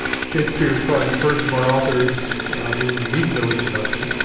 shakespeare's probably the first of our authors who needs no introduction,